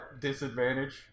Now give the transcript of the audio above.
disadvantage